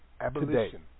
Abolition